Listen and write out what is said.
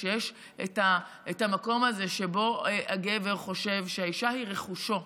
כשיש את המקום הזה שבו הגבר חושב שהאישה היא רכושו,